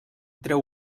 trau